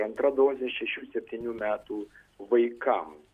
antra dozė šešių septynių metų vaikam